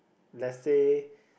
let's say